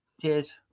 cheers